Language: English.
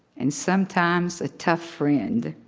and sometimes a tough friend.